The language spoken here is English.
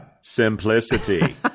simplicity